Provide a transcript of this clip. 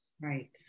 Right